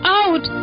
out